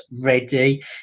ready